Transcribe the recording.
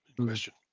question